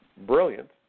Brilliant